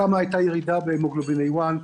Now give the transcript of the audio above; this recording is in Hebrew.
כמה הייתה ירידה בהמוגלובין A1,